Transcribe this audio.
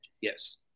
Yes